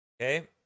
Okay